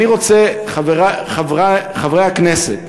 חברי הכנסת,